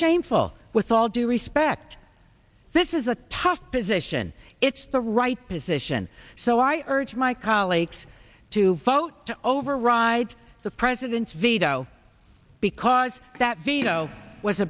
shameful with all due respect this is a tough position it's the right position so i urge my colleagues to vote to override the president's veto because that veto was